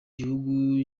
gihugu